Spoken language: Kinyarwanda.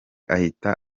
ahita